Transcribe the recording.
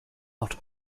not